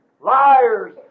liars